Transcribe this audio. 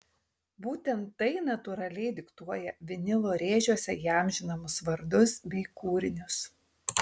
būtent tai natūraliai diktuoja vinilo rėžiuose įamžinamus vardus bei kūrinius